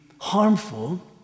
harmful